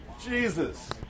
Jesus